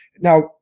Now